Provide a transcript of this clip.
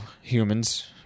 humans